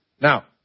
Now